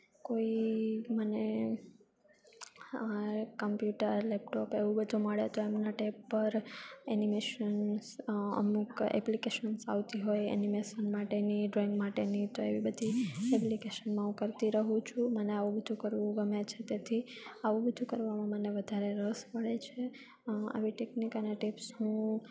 કોઈ મને computer laptop એવું બધું મળે તો એમનો ટેગ પર એનિમેશન્સ અમુક એપ્લિકેશન્સ આવતી હોય એનિમેશન માટેની ડ્રોઈંગ માટેની તો એવી બધી એપ્લિકેશનમાં હું કરતી રહું છું મને આવું બધું કરવું ગમે છે તેથી આવું બધું કરવાનું મને વધારે રસ પડે છે આવી ટેકનિક અને ટિપ્સ હું